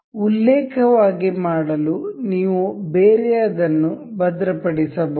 ಉಲ್ಲೇಖವಾಗಿ ಮಾಡಲು ನೀವು ಬೇರೆಯದನ್ನು ಭದ್ರಪಡಿಸಬಹುದು